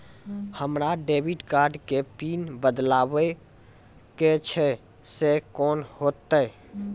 हमरा debit card के PIN बदलबावै के छैं से कौन होतै?